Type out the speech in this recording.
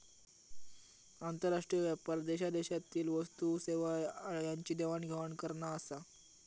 आंतरराष्ट्रीय व्यापार देशादेशातील वस्तू आणि सेवा यांची देवाण घेवाण करना आसा